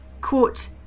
quote